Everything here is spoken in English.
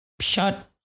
shut